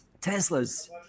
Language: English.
tesla's